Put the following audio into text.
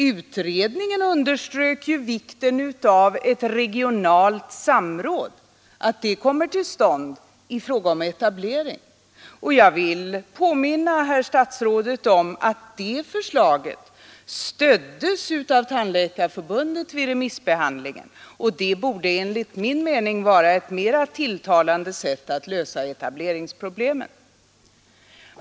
Utredningen underströk vikten av att ett regionalt samråd kommer till stånd i fråga om etableringen. Jag vill påminna herr statsrådet om att det förslaget stöddes av Tandläkarförbundet vid remissbehandlingen, och det borde enligt min mening vara ett mer tilltalande sätt att lösa etableringsproblemet.